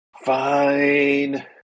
fine